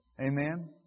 Amen